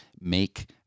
make